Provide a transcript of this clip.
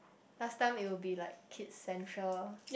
last time it will be like Kids-Central